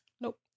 Nope